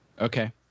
Okay